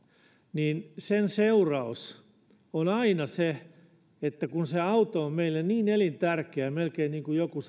niin seuraus on aina se koska se auto on meille niin elintärkeä melkein pyhä lehmä niin kuin joku